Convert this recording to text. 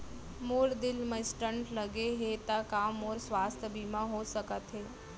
मोर दिल मा स्टन्ट लगे हे ता का मोर स्वास्थ बीमा हो सकत हे?